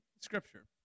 Scripture